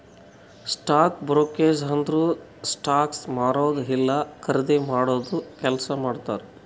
stock brokerage ಅಂದುರ್ stocks ಮಾರದು ಇಲ್ಲಾ ಖರ್ದಿ ಮಾಡಾದು ಕೆಲ್ಸಾ ಮಾಡ್ತಾರ್